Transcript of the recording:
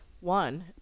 one